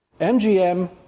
MGM